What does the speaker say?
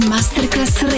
Masterclass